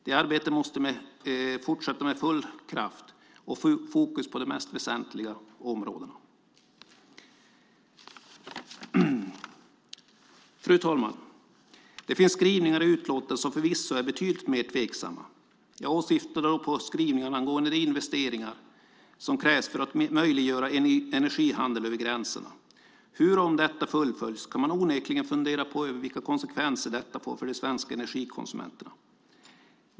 Det arbetet måste ske med fortsatt full kraft och fokus på de mest väsentliga områdena. Fru talman! Det finns skrivningar i utlåtandet som förvisso är betydligt mer tveksamma. Jag syftar då på skrivningarna angående de investeringar som krävs för att möjliggöra en energihandel över gränserna. Om detta fullföljs kan man onekligen fundera över vilka konsekvenser det får för de svenska energikonsumenterna.